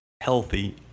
healthy